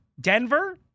Denver